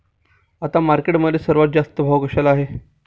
आता मार्केटमध्ये सर्वात जास्त कशाला भाव आहे?